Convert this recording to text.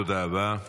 תודה רבה.